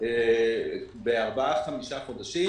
בארבעה-חמישה חודשים